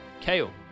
Kale